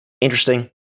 interesting